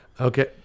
Okay